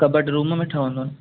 कॿटु room में ठहंदो न